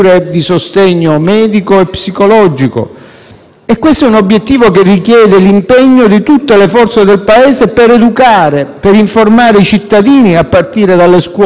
Questo obiettivo richiede l'impegno di tutte le forze del Paese per educare e informare i cittadini, a partire dalle scuole, sottraendo le vittime